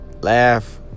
laugh